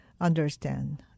understand